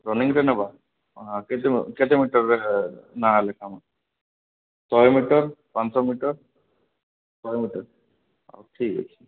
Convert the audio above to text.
ରନିଙ୍ଗରେ ନେବା କେତେ ମିଟର୍ରେ ନାଁ ଲେଖା ହବ ଶହେ ମିଟର ପାଞ୍ଚ ଶହ ମିଟର ଶହେ ମିଟର ଠିକ୍ ଅଛି